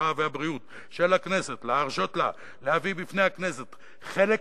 הרווחה והבריאות של הכנסת להרשות לה להביא בפני הכנסת חלק